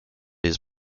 his